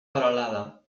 peralada